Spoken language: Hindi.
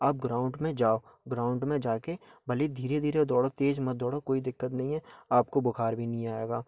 आप ग्राउंड में जाओ ग्राउंड में जाकर भले ही धीरे धीरे दौड़ो तेज़ मत दौड़ो कोई दिक्कत नहीं है आपको बुख़ार भी नहीं आएगा